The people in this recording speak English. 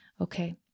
Okay